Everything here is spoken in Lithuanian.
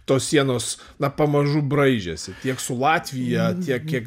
tos sienos na pamažu braižėsi tiek su latvija tiek kiek